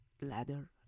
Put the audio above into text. ladder